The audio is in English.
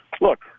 Look